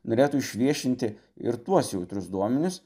norėtų išviešinti ir tuos jautrius duomenis